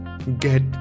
Get